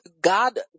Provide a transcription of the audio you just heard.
God